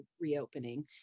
reopening